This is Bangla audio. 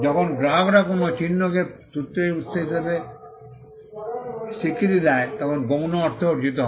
যখন গ্রাহকরা কোনও চিহ্নকে সূত্রের উত্স হিসাবে স্বীকৃতি দেয় তখন গৌণ অর্থ অর্জিত হয়